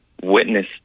witness